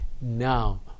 now